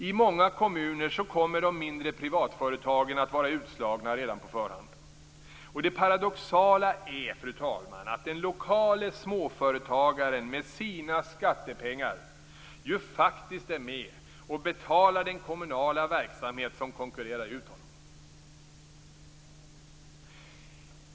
I många kommuner kommer de mindre privatföretagen att vara utslagna redan på förhand. Det paradoxala är, fru talman, att den lokale småföretagaren med sina skattepengar ju faktiskt är med och betalar den kommunala verksamhet som konkurrerar ut honom.